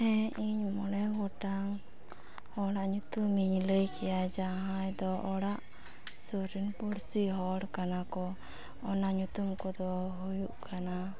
ᱦᱮᱸ ᱤᱧ ᱢᱚᱬᱮ ᱜᱚᱴᱟᱝ ᱦᱚᱲᱟᱜ ᱧᱩᱛᱩᱢ ᱤᱧ ᱞᱟᱹᱭ ᱠᱮᱭᱟ ᱡᱟᱦᱟᱭ ᱫᱚ ᱚᱲᱟᱜ ᱥᱩᱨ ᱨᱤᱱ ᱯᱩᱲᱥᱤ ᱦᱚᱲ ᱠᱟᱱᱟ ᱠᱚ ᱚᱱᱟ ᱧᱩᱛᱩᱢ ᱠᱚᱫᱚ ᱦᱩᱭᱩᱜ ᱠᱟᱱᱟ